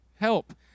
help